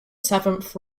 seventh